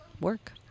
work